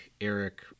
Eric